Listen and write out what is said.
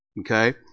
Okay